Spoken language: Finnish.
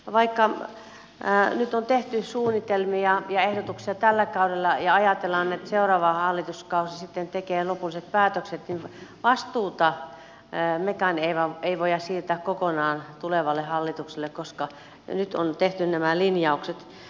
vaikka nyt on tehty suunnitelmia ja ehdotuksia tällä kaudella ja ajatellaan että seuraavalla hallituskaudella sitten tehdään lopulliset päätökset niin vastuuta mekään emme voi siirtää kokonaan tulevalle hallitukselle koska nyt on tehty nämä linjaukset